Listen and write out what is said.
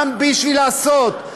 גם בשביל לעשות.